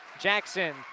Jackson